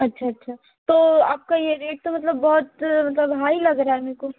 अच्छा अच्छा तो आपका ये रेट तो मतलब बहुत मतलब हाई लग रहा है मेरे को